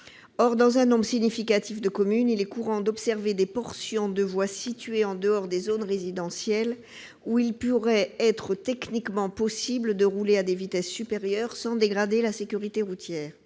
Or, dans un nombre significatif de communes, il est courant d'observer des portions de voies situées en dehors des zones résidentielles, où il pourrait être techniquement possible de rouler à des vitesses supérieures sans dégrader la sécurité routière.